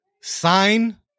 Sign